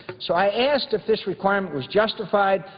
so i asked if this requirement was justified,